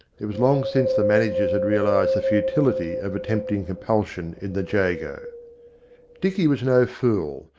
it was long since the managers had realised the futility of attempting compulsion in the jago. dicky was no fool,